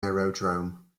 aerodrome